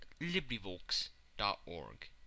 LibriVox.org